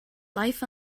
life